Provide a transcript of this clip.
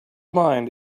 mind